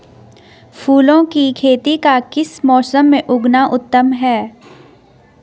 फूलों की खेती का किस मौसम में उगना उत्तम है?